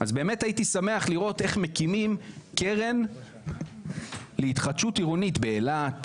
באמת הייתי שמח לראות איך מקימים קרן להתחדשות עירונית באילת,